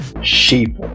sheep